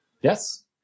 yes